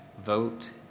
vote